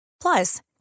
Plus